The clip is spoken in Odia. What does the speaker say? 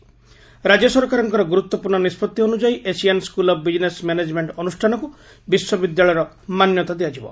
ରାକ୍ୟ ସରକାରଙ୍କ ଗୁରୁତ୍ପୂର୍ଶ୍ଣ ନିଷ୍ବତ୍ତି ଅନୁଯାୟୀ Asian school of business management ଅନୁଷାନକୁ ବିଶ୍ୱବିଦ୍ୟାଳୟର ମାନ୍ୟତା ଦିଆଯିବ